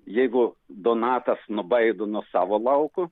jeigu donatas nubaido nuo savo lauko